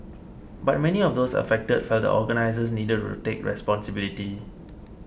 but many of those affected felt the organisers needed to take responsibility